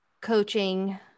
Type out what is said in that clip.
coaching